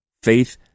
Faith